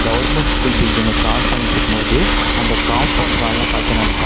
government school பில்டிங்கை cross பண்ணிட்டுருக்கும்போது அந்த காம்பௌண்ட் வாலில் பார்த்தேன் நான்